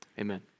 amen